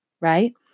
right